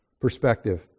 perspective